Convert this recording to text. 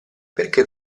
perché